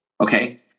Okay